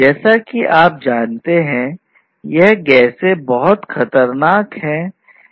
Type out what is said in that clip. जैसा कि आप जानते हैं ये गैसें बहुत खतरनाक हैं